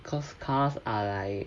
cause cars are like